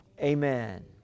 amen